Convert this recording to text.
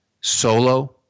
solo